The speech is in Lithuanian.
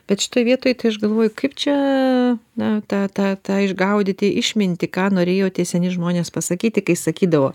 bet šitoj vietoj tai aš galvoju kaip čia na tą tą tą išgaudyti išmintį ką norėjo tie seni žmonės pasakyti kai sakydavo